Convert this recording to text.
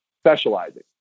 specializing